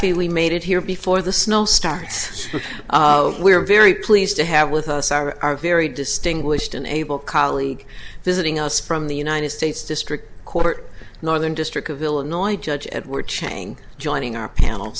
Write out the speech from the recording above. we made it here before the snow starts we're very pleased to have with us our very distinguished an able colleague visiting us from the united states district court northern district of illinois judge edward chang joining our panel